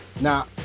Now